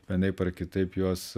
vienaip ar kitaip juos